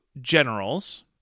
generals